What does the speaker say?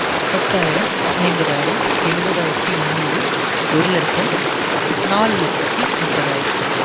பத்தாயிரம் ஐம்பதாயிரம் எழுபதாயிரத்தி முன்னூறு ஓரு லட்சம் நாலு லட்சத்தி முப்பதாயிரம்